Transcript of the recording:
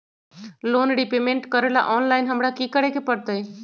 Loan repayment करेला online हमरा की करे के परतई?